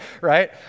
right